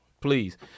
Please